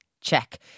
Check